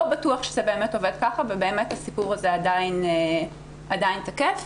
בטוח שזה באמת עובד ככה ובאמת הסיפור הזה עדיין תקף.